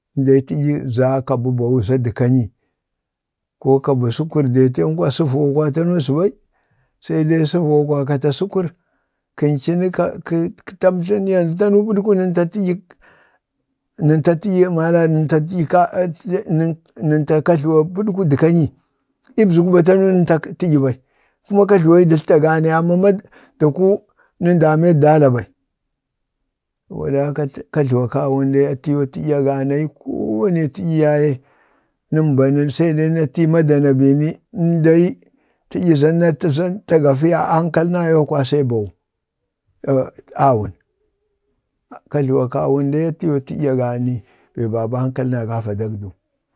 əndee taɗyi za ka bə bawu dək kanyi, ko ka bə sukur, deetən kwa səvuwa kwa tanu aza ɓai, se dai səyuwa kwa kata sukur kə tamtlu ni, tanu tən pədku nənta taɗyi, nən ta taɗyi nən ta kajluwa pədku dək kanyii, libzuku bee nən ta taɗyi ɓai, kajluwoo yi dətlta aga bai, amma dakuu nən damee tu dala bai saboda haka kajluwakkawun dee atiyoo aganai koo wani taɗyi yaye nəm ba ni se dee natif ii maɗana bini ən dai taɗyi za na ta za ta gafiya ankalna yoo kwaa see bawu, ka kawun, kajluwak-kawun dee atiyoo ɓani bee ba bə ankalna ga vajak.